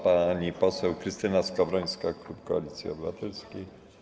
Pani poseł Krystyna Skowrońska, klub Koalicji Obywatelskiej.